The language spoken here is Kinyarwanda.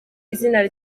izina